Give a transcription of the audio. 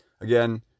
again